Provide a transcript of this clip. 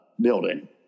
building